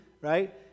right